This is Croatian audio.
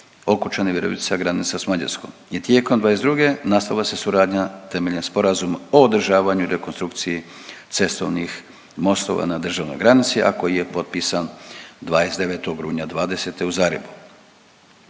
Okučani, Virovitica, granica s Mađarskom. I tijekom '22. nastavila se suradnja temeljem sporazuma o održavanju i rekonstrukciji cestovnih mostova na državnoj granici, a koji je potpisan 29. rujna '20. u Zagrebu.